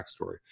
backstory